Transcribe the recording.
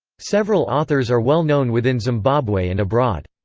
several authors are well known within zimbabwe and abroad.